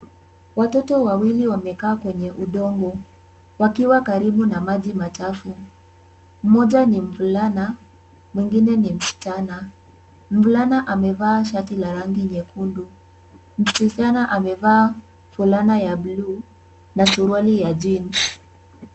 Watoto wawili wamekaa kwenye udongo, wakiwa karibu na maji machafu. Mmoja ni mvulana, mwingine ni msichana. Mvulana amevaa shati la rangi nyekundu. Msichana amevaa fulana ya blue na suruali ya jeans .